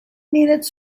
minutes